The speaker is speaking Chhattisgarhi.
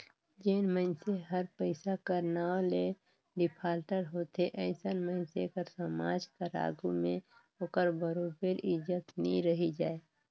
जेन मइनसे हर पइसा कर नांव ले डिफाल्टर होथे अइसन मइनसे कर समाज कर आघु में ओकर बरोबेर इज्जत नी रहि जाए